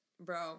bro